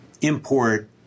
import